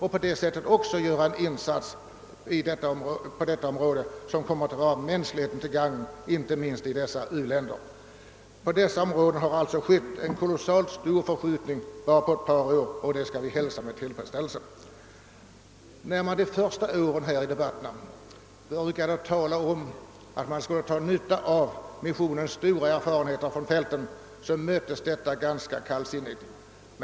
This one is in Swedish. Härigenom kommer man på detta område att göra en insats som blir till gagn för mänskligheten, inte minst i u-länderna. På detta område har det alltså varit en mycket kraftig utveckling under bara ett par år, och det skall vi hälsa med tillfredsställelse. När det under de första årens debatter sades att vi borde dra nytta av missionens stora erfarenheter från dessa områden, möttes detta ganska kallsinnigt.